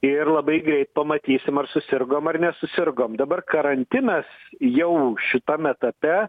ir labai greit pamatysim ar susirgom ar nesusirgom dabar karantinas jau šitam etape